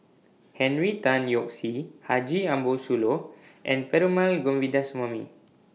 Henry Tan Yoke See Haji Ambo Sooloh and Perumal Govindaswamy